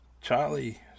Charlie